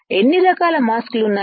ఎన్ని రకాల మాస్క్ లు ఉన్నాయి